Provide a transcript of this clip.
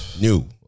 new